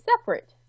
separate